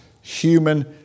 human